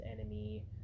enemy